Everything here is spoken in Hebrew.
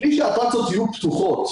בלי שהאטרקציות יהיו פתוחות